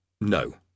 No